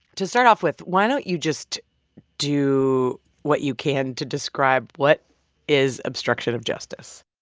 to start off with, why don't you just do what you can to describe what is obstruction of justice?